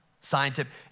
scientific